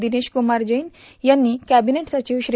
दिनेश कुमार जैन यांनी केंबिनेट सचिव श्री